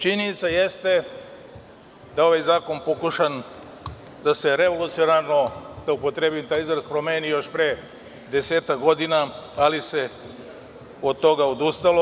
Činjenica jeste da ovaj zakon pokušan da se revolucionarno, da upotrebim taj izraz, promeni još pre desetak godina, ali se od toga odustalo.